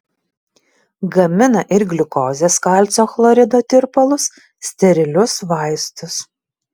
gamina ir gliukozės kalcio chlorido tirpalus sterilius vaistus